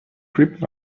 creeping